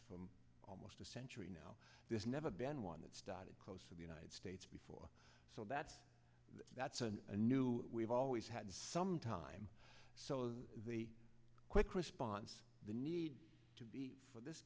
from almost a century now there's never been one that's dotted close to the united states before so that's that's a new we've always had some time so the quick response the need for this